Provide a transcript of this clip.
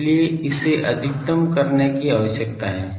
इसलिए इसे अधिकतम करने की आवश्यकता है